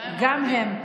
גם, גם הם.